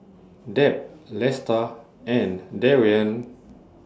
Deb Lesta and Darrian